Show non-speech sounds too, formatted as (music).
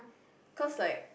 (breath) cause like